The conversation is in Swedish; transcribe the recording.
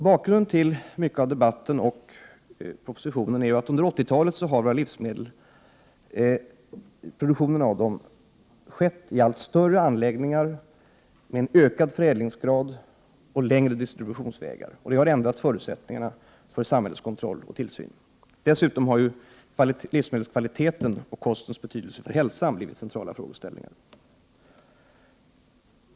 Bakgrunden till debatten och propositionen är till stor del att produktio nen av våra livsmedel under 1980-talet har skett i allt större anläggningar, med en ökad förädlingsgrad och längre distributionsvägar. Detta har ändrat förutsättningarna för samhällets kontroll och tillsyn. Dessutom har livsmedelskvaliteten och kostens betydelse för hälsan blivit centrala frågeställningar.